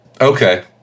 Okay